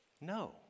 No